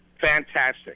fantastic